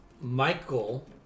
Michael